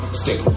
stick